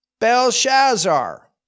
Belshazzar